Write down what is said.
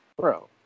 bro